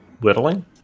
Whittling